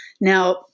Now